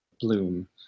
bloom